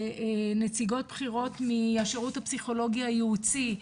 נציגות בכירות מהשירות הפסיכולוגי הייעוצי,